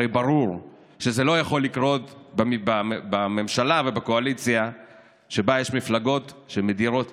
הרי ברור שזה לא יכול לקרות בממשלה ובקואליציה שבה יש מפלגות שמדירות